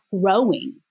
growing